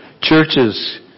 Churches